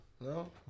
No